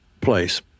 place